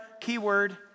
keyword